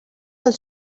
del